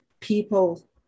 people